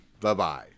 Bye-bye